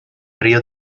rio